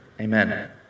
Amen